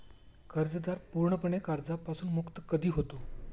कर्जदार पूर्णपणे कर्जापासून मुक्त कधी होतो?